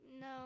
no